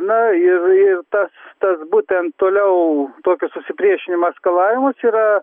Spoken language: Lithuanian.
na ir ir tas tas būtent toliau tokio susipriešinimo eskalavimas yra